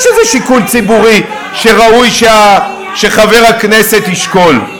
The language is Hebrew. בוודאי שזה שיקול ציבורי שראוי שחבר הכנסת ישקול.